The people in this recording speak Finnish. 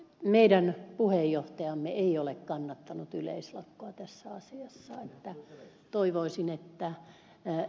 meidän puheenjohtajamme ei ole kannattanut yleislakkoa tässä asiassa joten toivoisin että ed